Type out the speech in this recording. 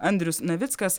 andrius navickas